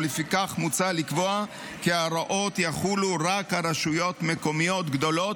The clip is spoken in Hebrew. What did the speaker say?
ולפיכך מוצע לקבוע כי ההוראות יחולו רק על רשויות מקומיות גדולות,